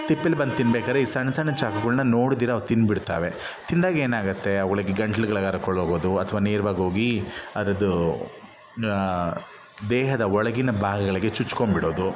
ತಿಪ್ಪೇಲಿ ಬಂದು ತಿನ್ಬೇಕಾದ್ರೆ ಈ ಸಣ್ಣ ಸಣ್ಣ ಚಾಕುಗಳನ್ನ ನೋಡದಿರಾ ಅವು ತಿಂದ್ಬಿಡ್ತಾವೆ ತಿಂದಾಗ ಏನಾಗುತ್ತೆ ಅವುಗಳಿಗೆ ಗಂಟಲುಗಳಿಗೆ ಹರ್ಕೊಂಡೋಗೋದು ಅಥ್ವಾ ನೇರವಾಗೋಗಿ ಅದರದ್ದು ದೇಹದ ಒಳಗಿನ ಭಾಗಗಳಿಗೆ ಚುಚ್ಕೊಂಡ್ಬಿಡೋದು